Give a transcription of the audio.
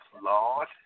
Lord